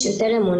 קל